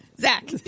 Zach